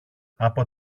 από